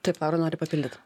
taip laura nori papildyt